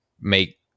make